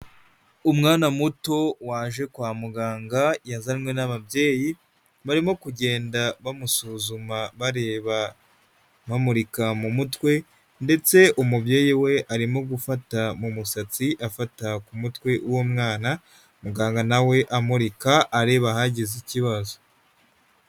Umwana muto waje kwa muganga yazanwe n'ababyeyi, barimo kugenda bamusuzuma bareba bamurika mu mutwe, ndetse umubyeyi we arimo gufata mu musatsi afata ku mutwe w'umwana, muganga nawe amurika areba ahagize ikibazo.